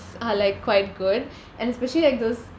are like quite good and especially like those